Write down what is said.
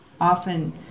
often